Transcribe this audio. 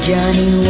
Johnny